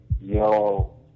yo